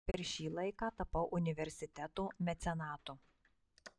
per šį laiką tapau universiteto mecenatu